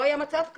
לא היה מצב כזה.